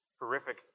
horrific